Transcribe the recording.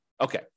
Okay